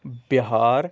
Bihar